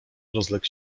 rozległ